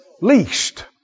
Least